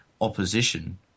opposition